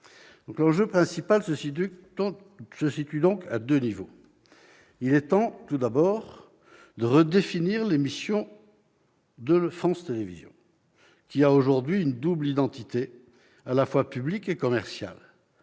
L'enjeu principal est donc double. Il est temps, tout d'abord, de redéfinir les missions de France Télévisions, qui a aujourd'hui une double identité, à la fois publique et commerciale.